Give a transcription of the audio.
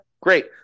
great